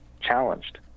challenged